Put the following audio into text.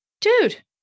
dude